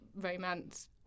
romance